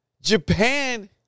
japan